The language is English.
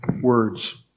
words